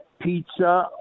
pizza